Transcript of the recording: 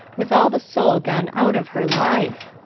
with all the soul gone out of her life.